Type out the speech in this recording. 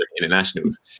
internationals